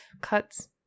cuts